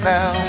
Now